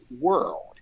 world